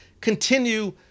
continue